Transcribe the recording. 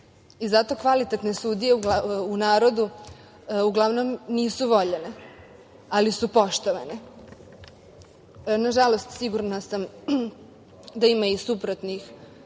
Zato kvalitetne sudije u narodu uglavnom nisu voljene, ali su poštovane. Nažalost, sigurna sam da ima i suprotnih